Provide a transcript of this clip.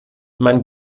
man